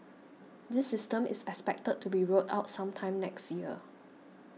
this system is expected to be rolled out sometime next year